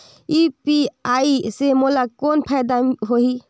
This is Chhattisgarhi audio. यू.पी.आई से मोला कौन फायदा होही?